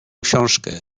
książkę